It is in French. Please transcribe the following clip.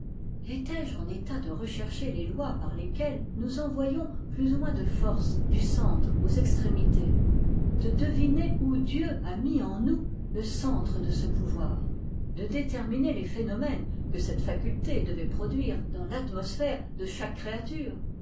étais-je en état de rechercher les lois par lesquelles nous envoyons plus ou moins de force du centre aux extrémités de deviner où dieu a mis en nous le centre de ce pouvoir de déterminer les phénomènes que cette faculté devait produire dans l'atmosphère de chaque créature